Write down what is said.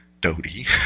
Dodie